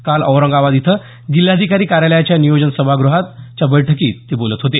काल औरंगाबाद इथं जिल्हाधिकारी कार्यालयाच्या नियोजन सभागृहात बैठकीत ते बोलत होते